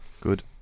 Good